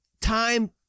time